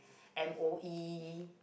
M_O_E